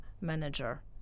manager